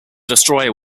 destroyer